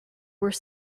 were